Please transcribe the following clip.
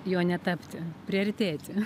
juo netapti priartėti